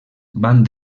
van